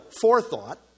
forethought